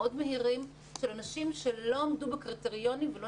מאוד מהירים של אנשים שלא עמדו בקריטריונים ולא